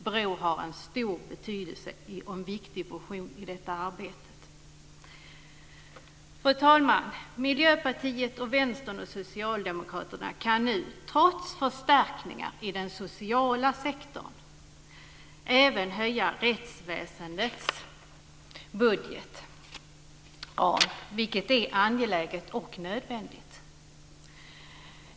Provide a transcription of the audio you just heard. BRÅ har en stor betydelse och en viktig funktion i detta arbete. Fru talman! Miljöpartiet, Vänstern och Socialdemokraterna kan nu trots förstärkningar i den sociala sektorn även höja rättsväsendets budgetram, vilket är angeläget och nödvändigt.